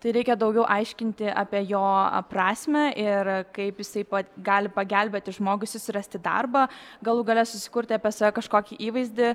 tai reikia daugiau aiškinti apie jo prasmę ir kaip jisai gali pagelbėti žmogui susirasti darbą galų gale susikurti apie save kažkokį įvaizdį